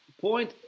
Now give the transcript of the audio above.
point